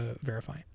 verify